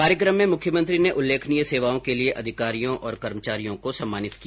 कार्यक्रम में मुख्यमंत्री ने उल्लेखनीय सेवाओं के लिए अधिकारियों कर्मचारियों को सम्मानित किया